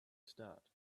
start